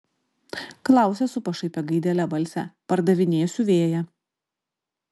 klausia su pašaipia gaidele balse pardavinėsiu vėją